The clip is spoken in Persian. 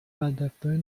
بدرفتاری